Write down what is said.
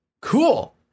Cool